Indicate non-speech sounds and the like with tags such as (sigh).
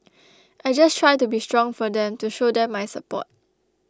(noise) I just try to be strong for them to show them my support